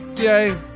Yay